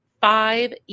five